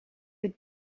het